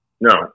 No